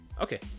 okay